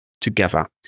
together